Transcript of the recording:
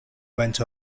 went